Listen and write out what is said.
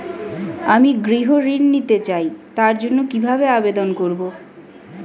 আমি গৃহ ঋণ নিতে চাই তার জন্য কিভাবে আবেদন করব?